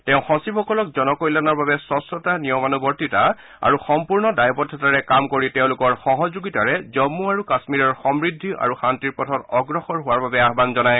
তেওঁ সচিবসকলক জনকল্যাণৰ বাবে স্ক্ছতা নিয়মানুবৰ্তিতা আৰু সম্পূৰ্ণ দায়বদ্ধতাৰে কাম কৰি তেওঁলোকৰ সহযোগিতাৰে জম্মু আৰু কাশ্মীৰৰ সমৃদ্ধি আৰু শান্তিৰ পথত অগ্ৰসৰ হোৱাৰ বাবে আহান জনায়